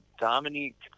Dominique